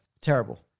Terrible